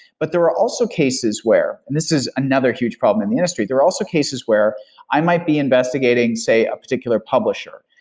but there were also cases where, and this is another huge problem in the industry, there are also cases where i might be investigating, say, a particular publisher,